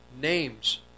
names